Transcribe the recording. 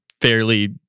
fairly